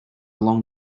along